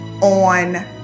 on